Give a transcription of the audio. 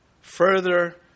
further